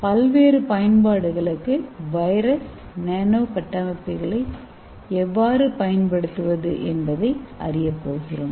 பல்வேறு பயன்பாடுகளுக்கு வைரஸ் நானோகட்டமைப்புகளை எவ்வாறு பயன்படுத்துவது என்பதை அறியப்போகிறோம்